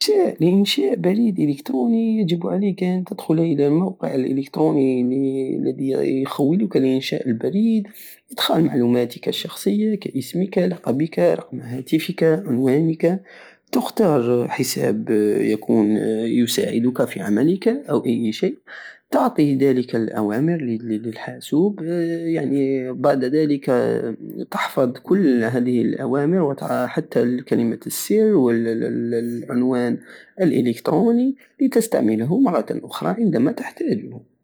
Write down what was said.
لانشاء بريد اليكتروني يجب عليك ان تدخل الى موقع الالكتروني الي- الدي يخولك لانشاء البريد ادخالةمعلوماتك الشخصية كاسم لقبك رقم هاتفك عنوانك تختار حساب يكون يساعدك في عملك او اي شيء تعطي دلك الاوامر للحاسوب يعني بعد دلك تحفظ كل هده الاوامر وترى حتى الكلمة السر والعنوان الالكتروني لتستعمله مرتا اخرى عندما تحتاجه